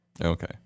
Okay